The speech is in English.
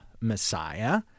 Messiah